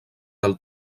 dels